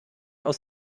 aus